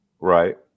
Right